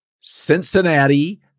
Cincinnati